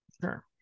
Sure